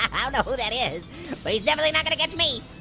and who that is, but he's definitely not gonna catch me.